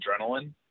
adrenaline